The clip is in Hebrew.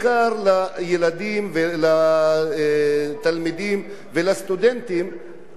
לתלמידים ולסטודנטים מהאוכלוסיות החלשות,